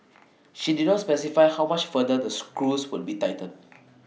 she did not specify how much further the screws would be tightened